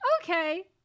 Okay